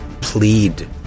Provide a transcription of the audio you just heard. plead